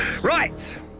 Right